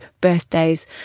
birthdays